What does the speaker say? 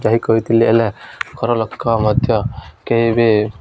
ଯାଇ କହିଥିଲି ହେଲା ଘର ଲୋକ ମଧ୍ୟ କେହିିବି